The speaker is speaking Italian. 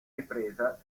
ripresa